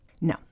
no